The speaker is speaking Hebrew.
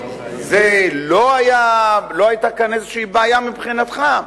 לא היתה כאן איזו בעיה מבחינתך?